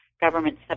government